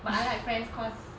but I like friends cause